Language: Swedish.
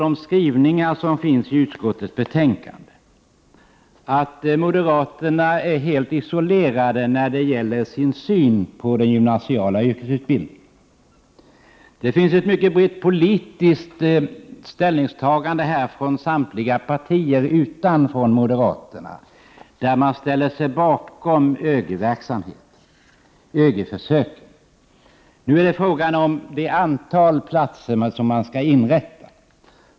Av skrivningarna i utskottets betänkande framgår att moderaterna är helt isolerade när det gäller synen på den gymnasiala yrkesutbildningen. Det finns en mycket bred politisk enighet i denna fråga. Det är endast moderaterna som intar en annan ståndpunkt. Alla andra partier ställer sig bakom ÖGY-försöket. Nu gäller frågan det antal platser som skall inrättas.